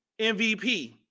MVP